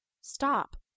stop